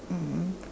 mm